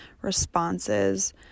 responses